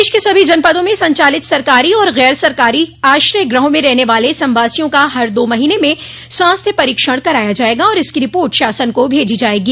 प्रदेश के सभी जनपदों में संचालित सरकारी और गैर सरकारी आश्रय गृहों में रहने वाले संवासियों का हर दो महीने में स्वास्थ्य परीक्षण कराया जायेगा और इसकी रिपोर्ट शासन को भेजी जायेगी